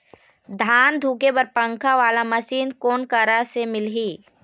धान धुके बर पंखा वाला मशीन कोन करा से मिलही?